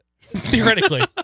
theoretically